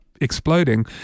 exploding